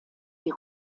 die